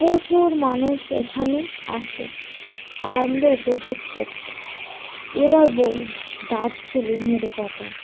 প্রচুর মানুষ এখানে আসে আরান্দ উপভোগ করতে এবার বলি দার্জিলিংয়ের কথা